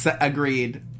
agreed